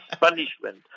punishment